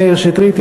מאיר שטרית,